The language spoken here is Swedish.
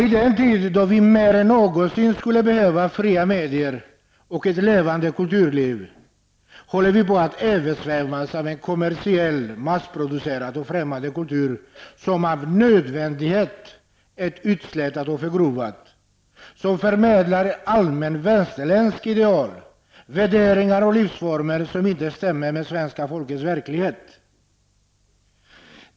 I en tid då vi mer än någonsin skulle behöva fria medier och levande kulturliv håller vi på att översvämmas av en kommersiell, massproducerad och främmande kultur, som med nödvändighet är utslätad och förgrovad och som förmedlar allmänna västerländska ideal, värderingar och livsformer som inte stämmer med svenska folkets verklighet.